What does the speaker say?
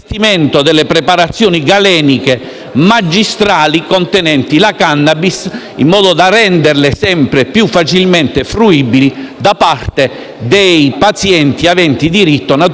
magistrali contenenti la *cannabis*, in modo da renderle sempre più facilmente fruibili da parte dei pazienti aventi diritto, muniti delle regolari